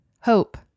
hope